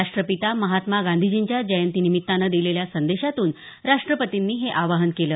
राष्ट्रपिता महात्मा गांधीजींच्या जयंतीनिमित्तानं दिलेल्या संदेशातून राष्टपतींनी हे आवाहन केलं